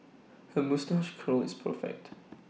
her moustache curl is perfect